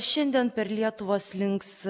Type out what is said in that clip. šiandien per lietuvą slinks